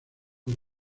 por